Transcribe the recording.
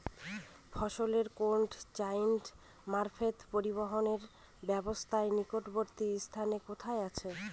ফসলের cold chain মারফত পরিবহনের ব্যাবস্থা নিকটবর্তী স্থানে কোথায় আছে?